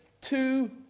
two